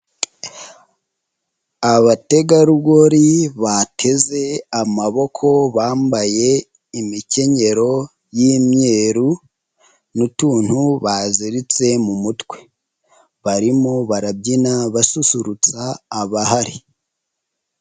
Abategarugori bateze amaboko bambaye imikenyero y'imyeru n'utuntu baziritse mu mutwe, barimo barabyina basusurutsa abahari.